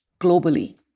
globally